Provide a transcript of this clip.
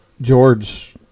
George